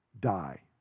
die